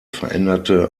veränderte